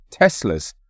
Teslas